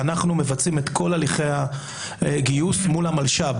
אנחנו מבצעים את כל הליכי הגיוס מול המלש"ב,